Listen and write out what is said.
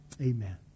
Amen